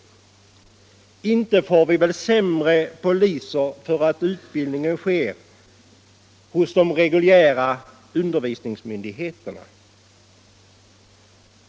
Anslag till polisvä Inte får vi väl sämre poliser för att utbildningen läggs under de reguljära — sendet utbildningsmyndigheterna.